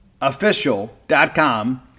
official.com